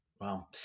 Wow